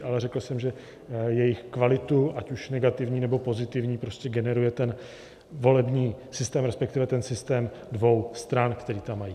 Ale řekl jsem, že jejich kvalitu, ať už negativní, nebo pozitivní, prostě generuje volební systém, resp. systém dvou stran, který tam mají.